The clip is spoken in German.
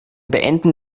beenden